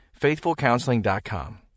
FaithfulCounseling.com